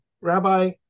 Rabbi